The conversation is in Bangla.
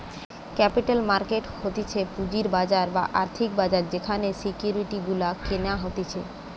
ক্যাপিটাল মার্কেট হতিছে পুঁজির বাজার বা আর্থিক বাজার যেখানে সিকিউরিটি গুলা কেনা হতিছে